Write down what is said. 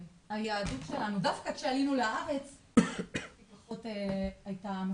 דווקא כשעלינו ארץ היהדות הייתה מסורבת.